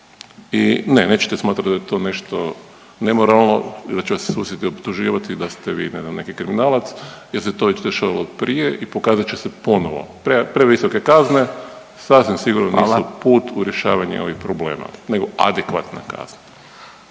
i ne, nećete smatrati da je to nešto nemoralno i da će vas susjedi optuživati da ste vi, ne znam, neki kriminalac jer se to već dešavalo prije i pokazat će se ponovo. Previsoke kazne, sasvim sigurno .../Upadica: Hvala./... nisu put u rješavanje ovih problema nego adekvatna kazna.